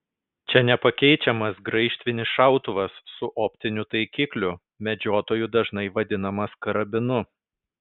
čia nepakeičiamas graižtvinis šautuvas su optiniu taikikliu medžiotojų dažnai vadinamas karabinu